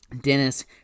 Dennis